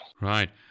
Right